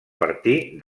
partir